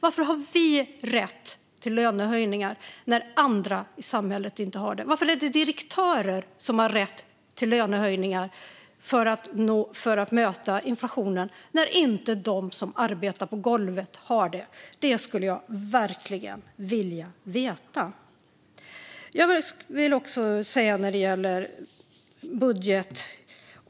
Varför har vi rätt till lönehöjningar när andra i samhället inte har det? Varför är det direktörer som har rätt till lönehöjningar för att möta inflationen när de som arbetar på golvet inte har det? Det skulle jag verkligen vilja veta. Jag vill också säga något när det gäller budget.